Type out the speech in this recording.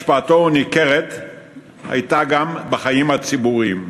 השפעתו ניכרה גם בחיים הציבוריים,